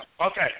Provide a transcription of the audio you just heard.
Okay